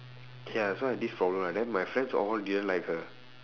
ya so I have this problem right then my friends all didn't like her